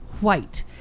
white